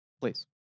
Please